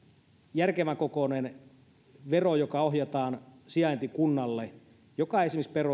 järkevän kokoinen vero joka ohjataan sijaintikunnalle ja joka